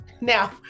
now